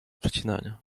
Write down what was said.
przecinania